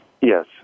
Yes